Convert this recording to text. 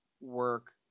work